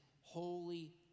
holy